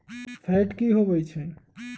Fat की होवछै?